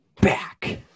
back